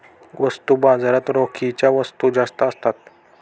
वस्तू बाजारात रोखीच्या वस्तू जास्त असतात